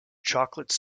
chocolate